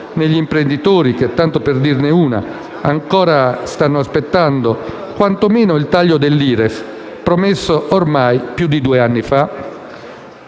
negli imprenditori che, tanto per dirne una, stanno ancora aspettando quantomeno il taglio dell'IRES, promesso ormai più di due anni fa?